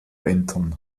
entern